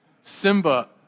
Simba